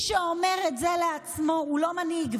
מי שאומר את זה לעצמו הוא לא מנהיג,